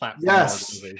Yes